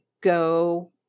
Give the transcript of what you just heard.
go